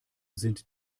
sind